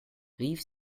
rief